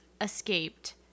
escaped